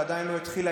שעדיין לא התחילה,